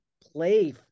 play